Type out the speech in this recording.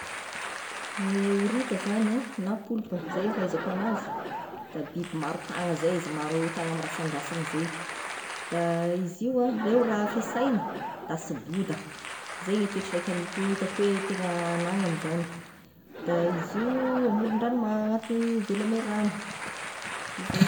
Ny horita zany a na polpa zay ny fahaizako anazy, da biby maro tagna zey izy maro tagna mirasandrasana zey, da izy io oe raha fesainy da sy boda zeigny toetry raiky igny itako oe tegna agnany zagny, de izy io amoron-drangnomaty ivelagny ragno, izay.